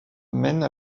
mène